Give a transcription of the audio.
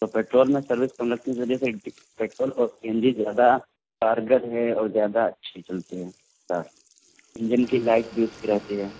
تو پیٹرول میں سروس کم لگتی ہیں اس وجہ سے پیٹرول اور سی این جی زیادہ کارگر ہے اور زیادہ اچھی چلتی ہیں کار انجن کی لائف بھی اس کی رہتی ہے